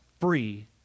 free